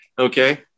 okay